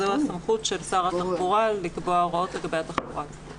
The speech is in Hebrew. הסמכות של שר התחבורה לקבוע הוראות לגבי התחבורה הציבורית.